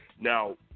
Now